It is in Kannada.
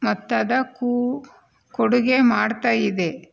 ಮೊತ್ತದ ಕೂ ಕೊಡುಗೆ ಮಾಡ್ತಾಯಿದೆ